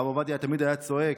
הרב עובדיה תמיד היה צועק,